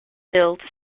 built